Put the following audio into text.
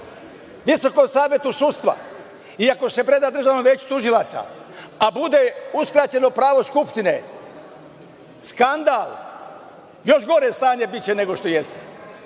Visokom savetu sudstva i ako se preda Državnom veću tužilaca, a bude uskraćeno pravo Skupštine, skandal, još gore stanje biće nego što jeste.